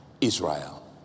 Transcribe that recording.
Israel